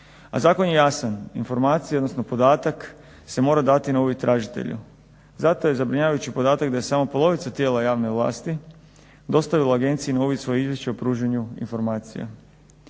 A zakon je jasan. Informacije, odnosno podatak se moraju dati na uvid tražitelju. Zato je zabrinjavajući podatak da je samo polovica tijela javne vlasti dostavila agenciji na uvid svoje izvješće o pružanju informacija.